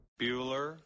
Bueller